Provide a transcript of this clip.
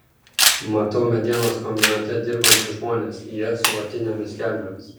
matau medienos kombinate dirbančius žmones jie su vatinėmis kelnėmis